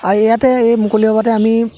আৰু ইয়াতে এই মুকলি সভাতে আমি